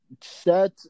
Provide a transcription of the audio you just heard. set